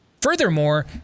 Furthermore